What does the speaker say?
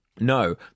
No